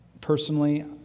Personally